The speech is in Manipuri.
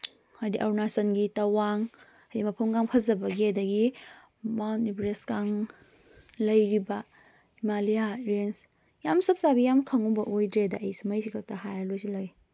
ꯍꯥꯏꯗꯤ ꯑꯔꯨꯅꯥꯆꯜꯒꯤ ꯇꯋꯥꯡ ꯍꯥꯏꯗꯤ ꯃꯐꯝꯒ ꯐꯖꯕꯒꯤ ꯑꯗꯒꯤ ꯃꯥꯎꯟ ꯏꯕꯔꯦꯁꯀ ꯂꯩꯔꯤꯕ ꯍꯤꯃꯥꯂꯤꯌꯥ ꯔꯦꯟꯖ ꯌꯥꯝ ꯆꯞ ꯆꯥꯕꯤ ꯌꯥꯝ ꯈꯪꯉꯨꯕ ꯑꯣꯏꯗ꯭ꯔꯦꯗ ꯑꯩ ꯁꯨꯝꯃꯩꯁꯤ ꯈꯛꯇ ꯍꯥꯏꯔꯒ ꯂꯣꯏꯁꯤꯜꯂꯒꯦ